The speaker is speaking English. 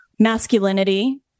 Masculinity